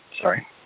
Sorry